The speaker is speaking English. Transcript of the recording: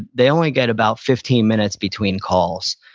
the only get about fifteen minutes between calls.